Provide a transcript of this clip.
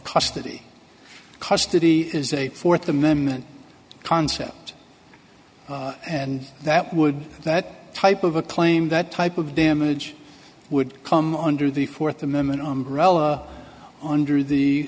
custody custody is a fourth amendment concept and that would that type of a claim that type of damage would come under the fourth amendment